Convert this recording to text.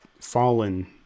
fallen